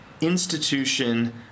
institution